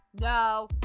No